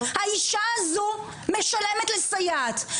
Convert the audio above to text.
האישה הזו משלמת לסייעת,